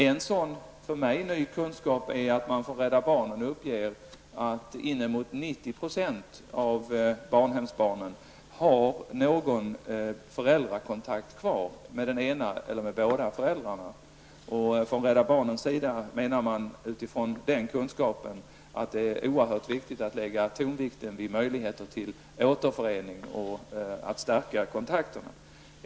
En sådan för mig ny kunskap är att man från Rädda barnen uppger att inemot 90 % av barnhemsbarnen har någon föräldrakontakt kvar, med den ena eller med båda föräldrarna. Från Rädda barnen menar man utifrån den kunskapen att det är oerhört viktigt att lägga tonvikten vid möjligheter till återförening och till ett stärkande av föräldrakontakterna.